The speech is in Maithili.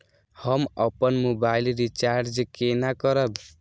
हम अपन मोबाइल रिचार्ज केना करब?